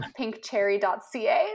pinkcherry.ca